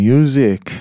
Music